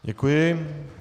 Děkuji.